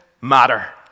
matter